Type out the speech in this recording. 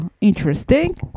interesting